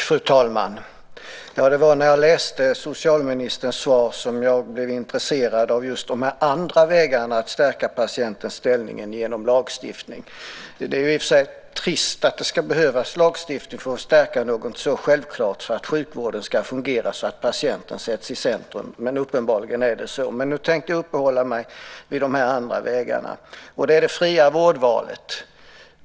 Fru talman! Det var när jag läste socialministerns svar som jag blev intresserad av just de andra vägarna än att genom lagstiftning stärka patientens ställning. Det är i och för sig trist att det ska behövas lagstiftning för att stärka något så självklart som att sjukvården ska fungera så att patienten sätts i centrum. Men uppenbarligen är det så. Jag tänkte nu uppehålla mig vid de andra vägarna. Det är det fria vårdvalet.